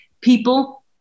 People